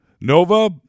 Nova